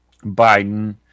Biden